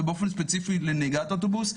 ובאופן ספציפי לנהיגת אוטובוס.